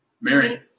Mary